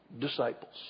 disciples